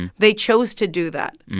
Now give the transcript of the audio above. they chose to do that.